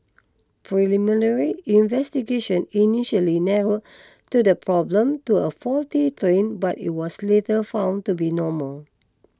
preliminary investigation initially narrowed to the problem to a faulty train but it was later found to be normal